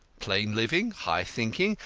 plain living, high thinking,